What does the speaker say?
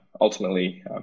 ultimately